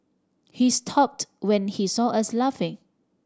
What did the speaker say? he stopped when he saw us laughing